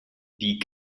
die